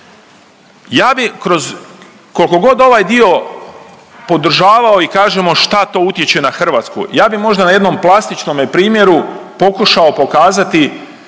Ja bi kroz kolkogod ovaj dio podržavao i kažemo šta to utječe na Hrvatsku, ja bi možda na jednom plastičnome primjeru pokušao pokazati